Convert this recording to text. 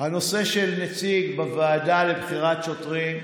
הנושא של נציג בוועדה לבחירת שוטרים,